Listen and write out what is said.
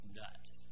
nuts